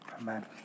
Amen